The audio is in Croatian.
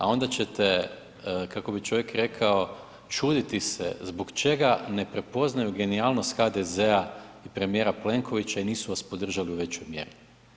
A onda ćete kako bi čovjek rekao čuditi se zbog čega ne prepoznaju genijalnost HDZ-a i premijera Plenkovića i nisu vas podržali u većoj mjeri.